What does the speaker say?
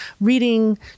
reading